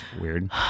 weird